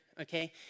Okay